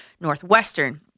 Northwestern